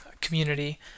community